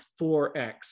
4x